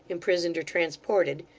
imprisoned, or transported,